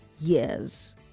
years